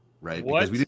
right